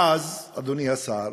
ואז, אדוני השר,